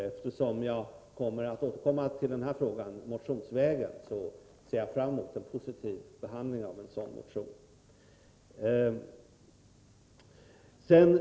Eftersom jag återkommer till denna fråga motionsvägen ser jag fram mot en positiv behandling av en sådan motion.